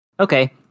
Okay